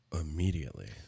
immediately